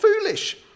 foolish